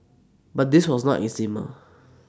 but this was not eczema